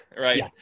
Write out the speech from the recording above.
right